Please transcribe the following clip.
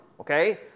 okay